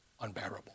unbearable